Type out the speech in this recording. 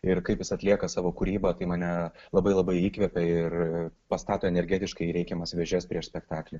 ir kaip jis atlieka savo kūrybą tai mane labai labai įkvepia ir pastato energetiškai į reikiamas vėžes prieš spektaklį